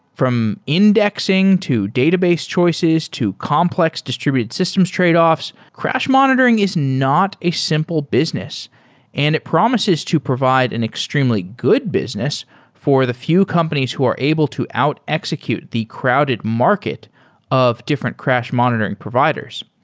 from indexing, to database choices, to complex distributed systems tradeoffs. crash monitoring is not a simple business and it promises to provide an extremely good business for the few companies who are able to out execute the crowded market of different crash monitoring providers.